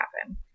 happen